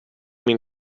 min